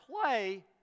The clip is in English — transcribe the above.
play